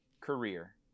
career